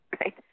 right